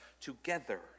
together